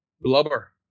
Blubber